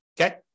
okay